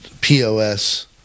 POS